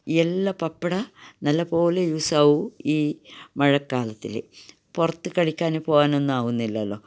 എല്ലാ പപ്പട നല്ലപോലെ യൂസ് ആവു ഈ മഴക്കാലത്തില് പുറത്ത് കഴിക്കാന് പോകാനൊന്നും ആകുന്നില്ലല്ലൊ